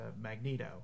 Magneto